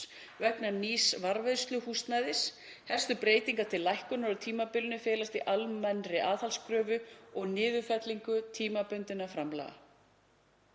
vegna nýs varðveisluhúsnæðis. Helstu breytingar til lækkunar á tímabilinu felast í almennri aðhaldskröfu og niðurfellingu tímabundinna framlaga.